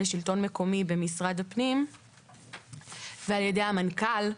לשלטון מקומי במשרד הפנים ועל ידי המנכ"ל,